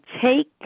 take